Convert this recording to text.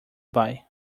buy